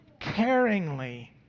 caringly